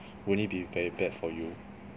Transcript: won't it be very bad for you